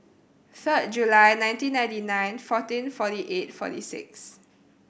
third July nineteen ninety nine fourteen forty eight forty six